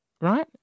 right